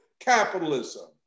capitalism